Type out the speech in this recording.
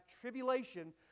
tribulation